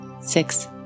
six